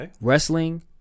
wrestling